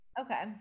Okay